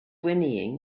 whinnying